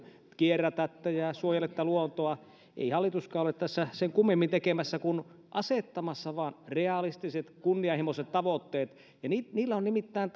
kierrätätte ja suojelette luontoa ei hallituskaan ole tässä sen kummemmin tekemässä kuin asettamassa vain realistiset kunnianhimoiset tavoitteet niillä on nimittäin